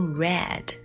red